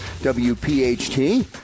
WPHT